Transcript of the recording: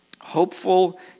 Hopeful